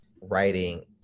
writing